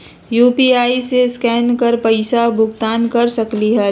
UPI से scan कर पईसा भुगतान कर सकलीहल?